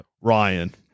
Ryan